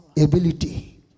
ability